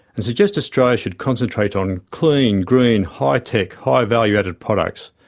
and suggest australia should concentrate on clean, green, hi-tech, high-value-added products,